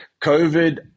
COVID